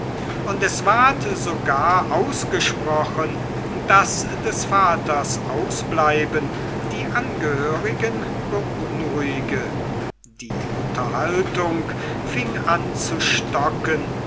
und es ward sogar ausgesprochen daß des vaters ausbleiben die angehörigen beunruhige die unterhaltung fing an zu stocken